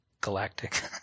galactic